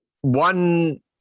one